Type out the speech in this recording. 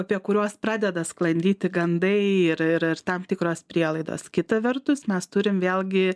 apie kuriuos pradeda sklandyti gandai ir ir ir tam tikros prielaidos kita vertus mes turim vėlgi